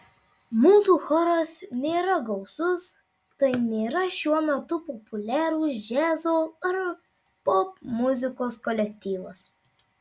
mūsų choras nėra gausus tai nėra šiuo metu populiarūs džiazo ar popmuzikos kolektyvas